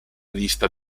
lista